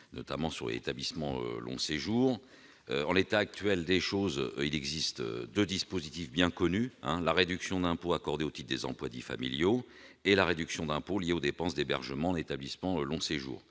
d'hébergement en établissement de long séjour. En l'état actuel des choses, il existe deux dispositifs bien connus : la réduction d'impôt accordée au titre des emplois dits familiaux et la réduction d'impôt liée aux dépenses d'hébergement en établissement de long séjour.